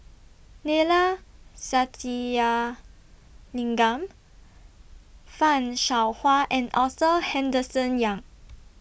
Neila Sathyalingam fan Shao Hua and Arthur Henderson Young